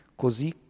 così